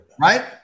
right